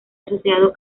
asociado